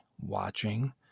watching